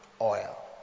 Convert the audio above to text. oil